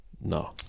no